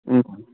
ꯎꯝ